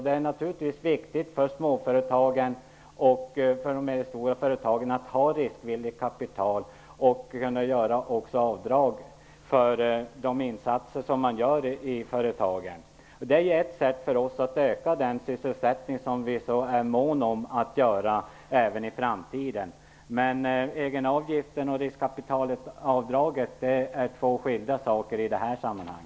Det är naturligtvis viktigt för småföretagen och de medelstora företagen att ha riskvilligt kapital och kunna göra avdrag för de insatser man gör i företagen. Det är ett sätt för oss att öka sysselsättningen, något som vi är måna om att göra även i framtiden. Men egenavgiften och riskkapitalavdraget är två skilda saker i detta sammanhang.